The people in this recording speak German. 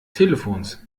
telefons